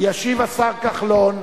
ישיב השר כחלון.